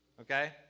okay